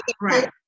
Right